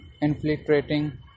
infiltrating